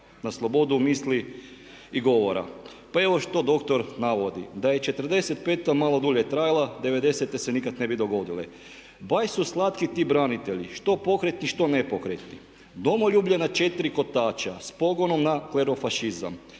na slobodu misli i govora. Pa evo što doktor navodi: „ da je 45. malo dulje trajala 90.-e se nikad ne bi dogodile. Baš su slatki ti branitelji, što pokretni, što nepokretni. Domoljublje na 4 kotača s pogonom na klerofažizam.